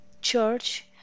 church